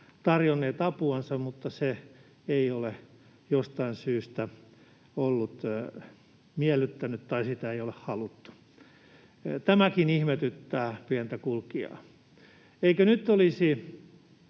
tarjonneet apuansa, mutta se ei ole jostain syystä miellyttänyt tai sitä ei ole haluttu. Tämäkin ihmetyttää pientä kulkijaa. Eikö nyt olisi,